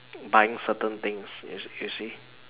buying certain things you you see